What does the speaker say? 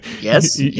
Yes